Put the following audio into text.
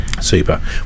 super